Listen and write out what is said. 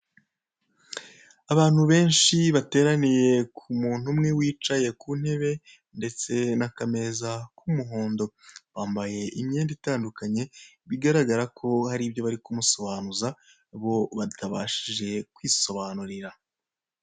Abantu benshi bateraniye ku muntu umwe wicaye ku ntebe ndetse n'akameza k'umuhondo, bambaye imyenda itandukanye bigaragara ko hari ibyo bari kumusobanuza bo batabashije kwisobanurira.